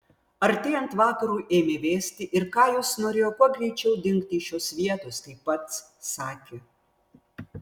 artėjant vakarui ėmė vėsti ir kajus norėjo kuo greičiau dingti iš šios vietos kaip pats sakė